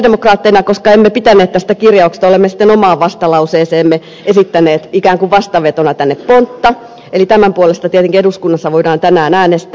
mehän sosialidemokraatteina koska emme pitäneet tästä kirjauksesta olemme sitten omaan vastalauseeseemme esittäneet ikään kuin vastavetona pontta eli tämän puolesta tietenkin eduskunnassa voidaan tänään äänestää